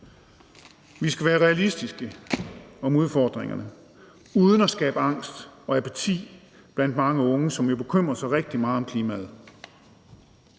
Vi skal være realistiske omkring udfordringerne uden at skabe angst og apati blandt mange unge, som jo bekymrer sig rigtig meget om klimaet.